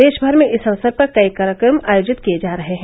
देशमर में इस अवसर पर कई कार्यक्रम आयोजित किए जा रहे हैं